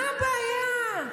מה הבעיה?